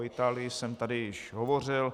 O Itálii jsem tady již hovořil.